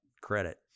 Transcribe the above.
credit